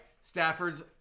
Stafford's